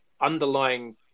underlying